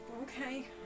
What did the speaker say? Okay